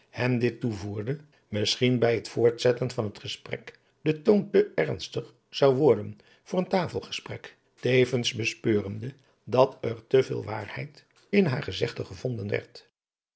hem dit toevoerde misschien bij het voortzetten van het gesprek de toon te ernstig zou worden voor een tafelgesprek tevens bespeurende dat er te veel waarheid in haar gezegde gevonden werd